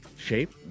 shape